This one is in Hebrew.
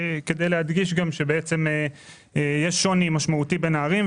כדי להדגיש שבעצם יש שוני משמעותי בין הערים,